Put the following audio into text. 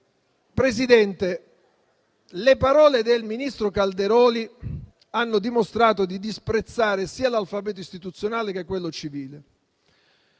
Presidente, le parole del ministro Calderoli hanno dimostrato di disprezzare sia l'alfabeto istituzionale che quello civile,